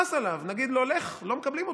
נגיד לו: לך, לא מקבלים אותך,